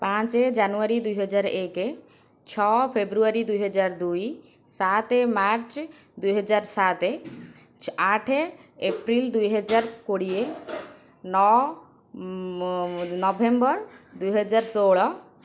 ପାଞ୍ଚ ଜାନୁଆରୀ ଦୁଇହଜାର ଏକ ଛଅ ଫେବୃଆରୀ ଦୁଇହଜାର ଦୁଇ ସାତ ମାର୍ଚ୍ଚ ଦୁଇହଜାର ସାତ ଆଠ ଏପ୍ରିଲ ଦୁଇହଜାର କୋଡ଼ିଏ ନଅ ନଭେମ୍ବର ଦୁଇହଜାର ଷୋହଳ